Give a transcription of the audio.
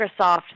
Microsoft